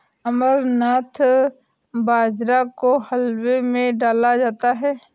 अमरनाथ बाजरा को हलवे में डाला जाता है